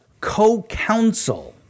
co-counsel